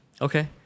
Okay